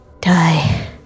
Die